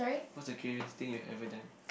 what the craziest thing you ever done